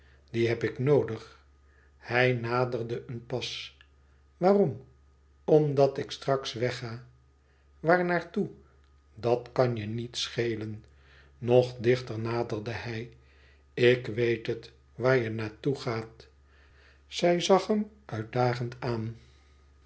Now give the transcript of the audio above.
die heb ik noodig hij naderde een pas waarom omdat ik straks weg ga e ids aargang aar naar toe dat kan je niet schelen nog dichter naderde hij ik weet het waar je naar toe gaat zij zag hem uitdagend aan